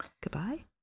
Goodbye